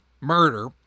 murder